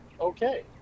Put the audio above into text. Okay